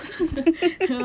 I've been there before